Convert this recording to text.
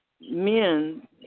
men